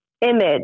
image